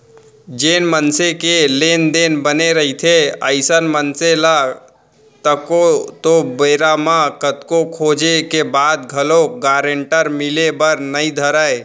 जेन मनसे के लेन देन बने रहिथे अइसन मनसे ल तको तो बेरा म कतको खोजें के बाद घलोक गारंटर मिले बर नइ धरय